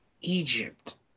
Egypt